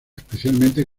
especialmente